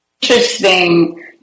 interesting